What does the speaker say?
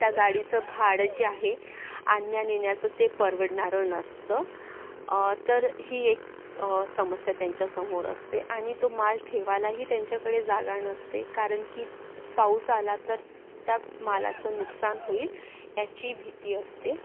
त्या गाडीचं भाडं जे आहे ते आणण्या नेण्याचं ते परवडणारं नसतं तर ही एक समस्या त्यांच्यासमोर असते आणि तो माल ठेवायलाही त्यांच्याकडे जागा नसते कारण की पाऊस आला तर त्या मालाचं नुकसान होईल याची भीती असते